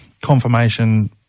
confirmation